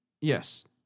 Yes